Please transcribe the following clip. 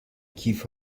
کیف